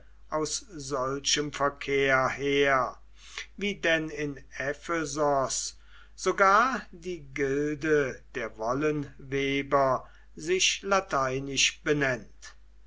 aus solchem verkehr her wie denn in ephesos sogar die gilde der wollenweber sich lateinisch benennt